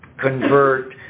convert